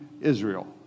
Israel